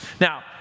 Now